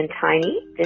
Tiny